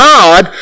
God